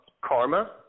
Karma